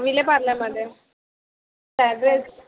विलेपार्ल्यामध्ये address